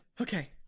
Okay